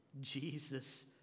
Jesus